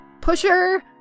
pusher